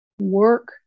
work